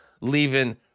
leaving